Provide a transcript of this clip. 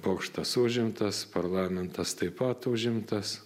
bokštas užimtas parlamentas taip pat užimtas